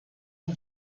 him